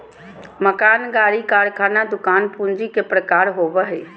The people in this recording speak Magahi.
मकान, गाड़ी, कारखाना, दुकान पूंजी के प्रकार होबो हइ